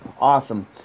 Awesome